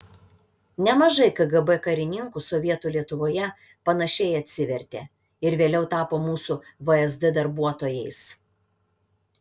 nemažai kgb karininkų sovietų lietuvoje panašiai atsivertė ir vėliau tapo mūsų vsd darbuotojais